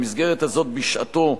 במסגרת הזאת, בשעתו,